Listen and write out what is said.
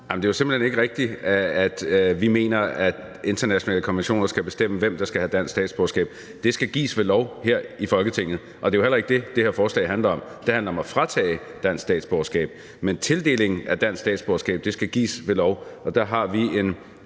Det er jo simpelt hen ikke rigtigt, at vi mener, at internationale konventioner skal bestemme, hvem der skal have dansk statsborgerskab – det skal gives ved lov her i Folketinget – og det er jo heller ikke det, det her forslag handler om. Det handler om at fratage dansk statsborgerskab. Men tildelingen af dansk statsborgerskab skal ske ved lov, og der har vi en